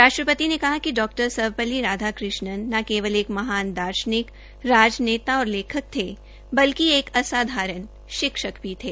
राष्ट्रपति ने कहा कि डॉ सर्वपल्ली राधाकृष्णन ने केवल एक महान दार्शनिक राजनेता और लेखक थे बलिक एक असाधारण शिक्षक भी थे